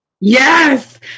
yes